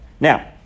now